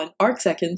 arcseconds